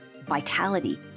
vitality